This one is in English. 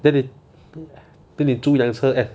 then it then 你组一辆车 app~